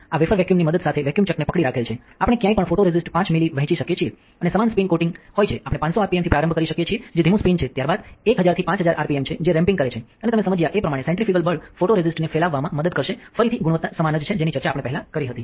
આ wafer vacuum ની મદદ સાથે વેક્યુમ ચક ને પકડી રાખેલ છે આપણે ક્યાંય પણ ફોટોરેસિસ્ટ 5 મિલી વહેંચી શકીએ છીએ અને સમાન સ્પિન કોટિંગ હોય છે આપણે 500 આરપીએમ થી પ્રારંભ કરી શકીએ છીએ જે ધીમું સ્પિન છે ત્યારબાદ 1000 થી 5000 આરપીએમ છે જે રેમ્પિંગ કરે છે અને તમે સમજયા એ પ્રમાણે સેન્ટ્રિફ્યુગલ બળ ફોટોરેસિસ્ટને ફેલાવવામાં મદદ કરશે ફરીથી ગુણવત્તા સમાન જ છે જેની ચર્ચા આપણે પહેલાં કરી હતી